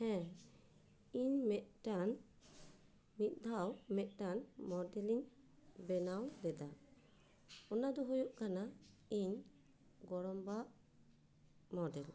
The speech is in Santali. ᱦᱮᱸ ᱤᱧ ᱢᱤᱫᱴᱟᱱ ᱢᱤᱫ ᱫᱷᱟᱣ ᱢᱤᱫᱴᱟᱱ ᱢᱳᱰᱮᱞ ᱤᱧ ᱵᱮᱱᱟᱣ ᱞᱮᱫᱟ ᱚᱱᱟ ᱫᱚ ᱦᱩᱭᱩᱜ ᱠᱟᱱᱟ ᱤᱧ ᱜᱚᱲᱚᱢ ᱵᱟᱣᱟᱜ ᱢᱳᱰᱮᱞ